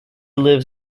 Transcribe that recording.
lives